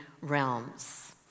realms